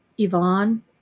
Ivan